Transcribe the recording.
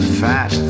fat